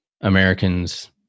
Americans